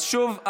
אז שוב,